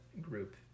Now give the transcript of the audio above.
group